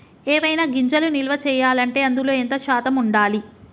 ఏవైనా గింజలు నిల్వ చేయాలంటే అందులో ఎంత శాతం ఉండాలి?